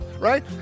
right